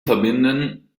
verbinden